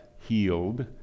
healed